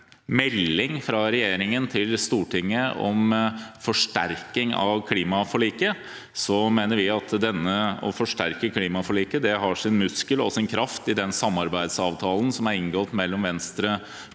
melding fra regjeringen til Stortinget om forsterking av klimaforliket, mener vi at det å forsterke klimaforliket har sin muskel og sin kraft i den samarbeidsavtalen som er inngått mellom Venstre,